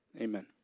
amen